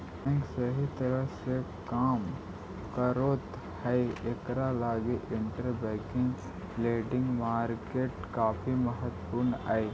bank सही तरह से काम करैत हई इकरा लगी इंटरबैंक लेंडिंग मार्केट काफी महत्वपूर्ण हई